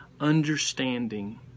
understanding